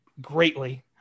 greatly